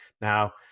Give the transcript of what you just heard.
Now